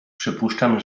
przypuszczam